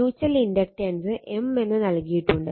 mutual inductance M എന്ന് നൽകിയിട്ടുണ്ട്